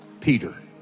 Peter